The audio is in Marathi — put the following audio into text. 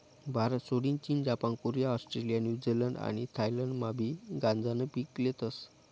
भारतसोडीन चीन, जपान, कोरिया, ऑस्ट्रेलिया, न्यूझीलंड आणि थायलंडमाबी गांजानं पीक लेतस